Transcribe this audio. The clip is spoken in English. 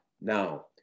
Now